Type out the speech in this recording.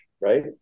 right